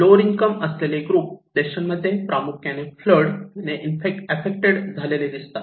lower income असलेले group देशांमध्ये प्रामुख्याने फ्लड ने एफ्फेक्टड झालेले दिसतात